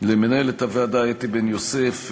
למנהלת הוועדה אתי בן-יוסף,